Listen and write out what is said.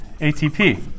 ATP